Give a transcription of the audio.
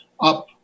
up